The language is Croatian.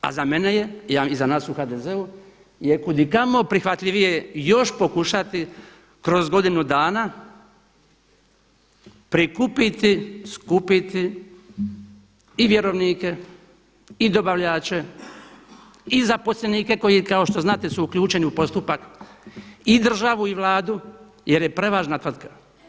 A za mene je i za nas u HDZ-u je kudikamo prihvatljivije još pokušati kroz godinu dana prikupiti, skupiti i vjerovnike i dobavljače i zaposlenike koji kao što znate su uključeni u postupak i državu i Vladu jer je prevažna tvrtka.